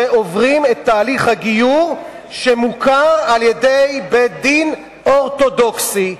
ועוברים את תהליך הגיור שמוכר על-ידי בית-דין אורתודוקסי.